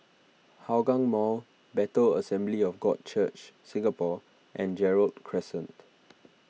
Hougang Mall Bethel Assembly of God Church Singapore and Gerald Crescent